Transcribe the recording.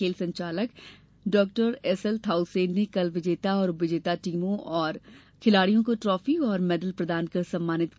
खेल संचालक डॉ एसएल थाउसेन ने कल विजेता एवं उप विजेता टीमों और खिलाड़ियों को ट्रॉफी एवं मैडल प्रदान कर सम्मानित किया